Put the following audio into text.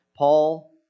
Paul